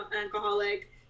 alcoholic